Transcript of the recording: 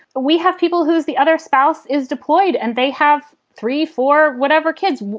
we have people who's the other spouse is deployed and they have three, four, whatever kids.